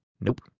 Nope